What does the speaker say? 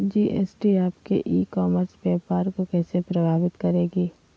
GST आपके e commerce व्यापार को कैसे प्रभावित करेगी?